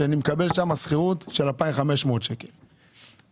יש לך הוצאות של 100,000 שקלים פחת כל שנה לצורכי